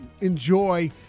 enjoy